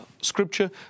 scripture